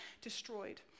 destroyed